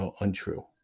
untrue